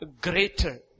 greater